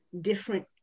different